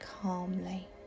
calmly